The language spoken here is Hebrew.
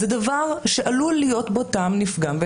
זה דבר שעלול להיות בו טעם לפגם,